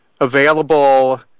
available